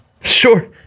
Sure